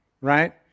right